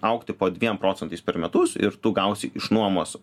augti po dviem procentais per metus ir tu gausi iš nuomos